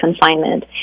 confinement